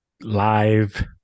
live